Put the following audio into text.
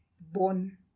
born